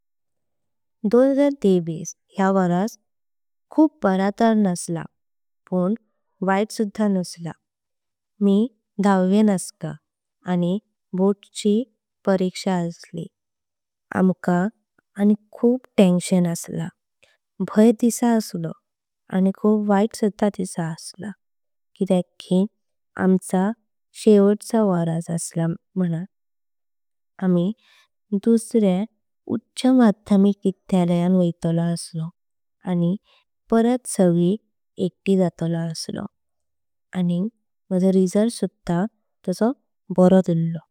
दोन हजार तेवीस या वरस खूब बरा ताऱ नसला पण वैत सुध्दा नसला। मी दहावें असलय आणि बोर्ड ची परिक्षा असली आमका आणि। खूब टेन्शन असला भय दिसा असलो आणि खूब वैत सुध्दा दिसा। किदेक कि आमचा शेवटचा वरस असला आणि। आमी दुसऱ्या उच्च माध्यमिक विद्यालय वैतलो असलो आणि त सगली। एकटी जातलो असलो आणि माझो रिजल्ट सुध्दा तासो बरो इल्लो।